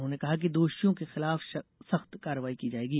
उन्होंने कहा कि दोषियों के खिलाफ संख्त कार्यवाही की जायेगी